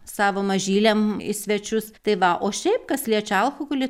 savo mažyliam į svečius tai va o šiaip kas liečia alkoholį